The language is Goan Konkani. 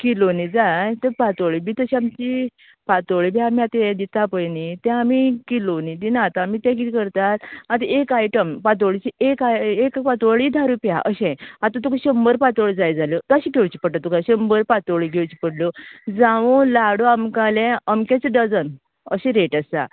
किलोनी जाय तर पातोळी बी तशीं आमची पातोळी बी आमी आता दिता पळय न्ही तें आमी किलोनी दिनात आमी तें कितें करतात आता एक आयटम पातोळीचे एक आयटम एक पातोळी तशीं अशें आता तुका शंबर पातोळी जाय जाल्यो तशें घेवचे पडटा तुका शंबर पातोळी घेवच्यो पडल्यो जावूं लाडू आमकां जालें अमकेच डजन अशें रेट आसा